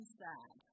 sad